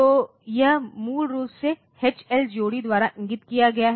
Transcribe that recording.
तो यह मूल रूप से एच एल जोड़ी द्वारा इंगित किया गया है